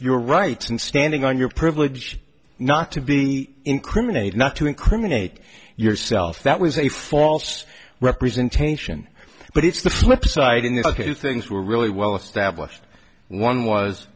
your rights and standing on your privilege not to be incriminate not to incriminate yourself that was a false representation but it's the flip side in the ok things were really well established one was